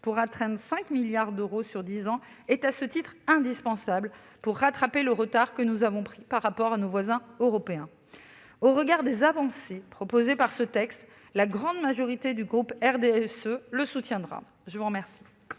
pour atteindre 5 milliards d'euros sur dix ans, est à ce titre indispensable pour rattraper le retard que nous avons pris par rapport à nos voisins européens. Au regard des avancées proposées par ce texte, la grande majorité du groupe RDSE le soutiendra. La parole